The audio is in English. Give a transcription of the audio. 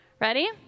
Ready